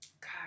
God